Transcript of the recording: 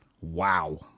Wow